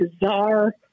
bizarre